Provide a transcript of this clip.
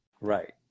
right